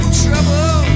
trouble